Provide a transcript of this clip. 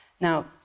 Now